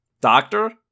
Doctor